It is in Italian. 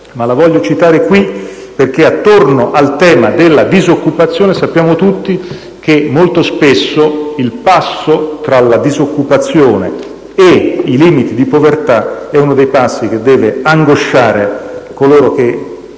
ma la voglio citare in questa sede perché attorno al tema della disoccupazione sappiamo tutti che, molto spesso, il passo tra la disoccupazione e i limiti di povertà è uno di quelli che deve angosciare coloro che